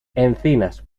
encinas